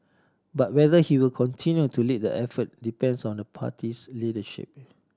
but whether he will continue to lead the effort depends on the party's leadership